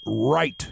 right